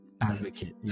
advocate